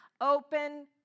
Open